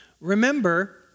Remember